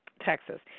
Texas